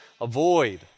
avoid